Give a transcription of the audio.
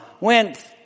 went